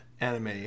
anime